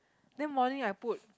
then morning I put